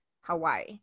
Hawaii